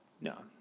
No